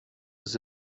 was